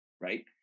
right